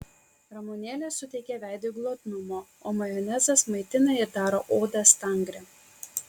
ramunėlės suteikia veidui glotnumo o majonezas maitina ir daro odą stangrią